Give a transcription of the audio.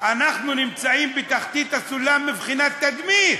אנחנו נמצאים בתחתית הסולם מבחינת תדמית?